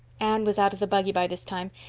anne was out of the buggy by this time,